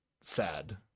sad